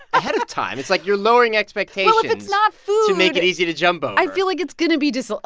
ahead of time. it's like you're lowering expectations. well, if it's not food. to make it easy to jump over ah i feel like it's going to be just